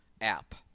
app